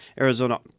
Arizona